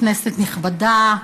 כנסת נכבדה,